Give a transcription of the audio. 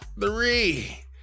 three